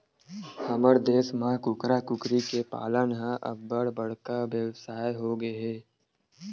हमर देस म कुकरा, कुकरी के पालन ह अब्बड़ बड़का बेवसाय होगे हे